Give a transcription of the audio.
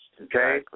okay